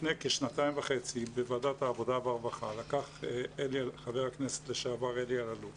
לפני כשנתיים וחצי בוועדת העבודה והרווחה לקח ח"כ לשעבר אלי אלאלוף